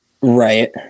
Right